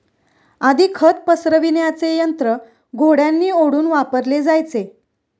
आधी खत पसरविण्याचे यंत्र घोड्यांनी ओढून वापरले जायचे